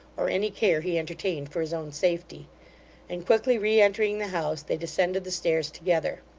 or any care he entertained for his own safety and quickly re-entering the house, they descended the stairs together.